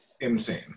Insane